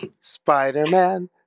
Spider-Man